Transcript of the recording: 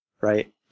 Right